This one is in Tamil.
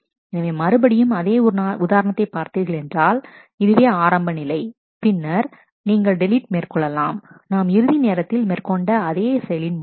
எனவே மறுபடியும் அதே உதாரணத்தை பார்த்தீர்களென்றால் இதுவே ஆரம்ப நிலை பின்னர் நீங்கள் டெலீட் மேற்கொள்ளலாம் நாம் இறுதி நேரத்தில் மேற்கொண்ட அதே செயலின் மூலம்